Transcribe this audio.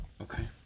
Okay